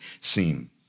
seem